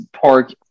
park